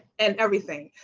and everything.